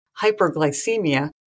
hyperglycemia